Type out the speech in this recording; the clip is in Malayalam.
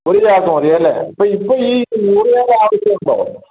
ഒരു ചാക്ക് മതിയല്ലേ അപ്പം ഇപ്പം ഈ ഒരു ചാക്ക് ആവശ്യമുണ്ടോ